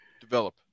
develop